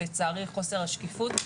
לצערי חוסר השקיפות,